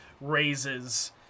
raises